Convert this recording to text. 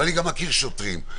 ואני גם מכיר שוטרים,